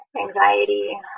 anxiety